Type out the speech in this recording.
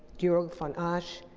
jorg von asch,